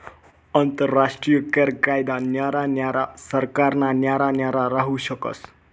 आंतरराष्ट्रीय कर कायदा न्यारा न्यारा सरकारना न्यारा न्यारा राहू शकस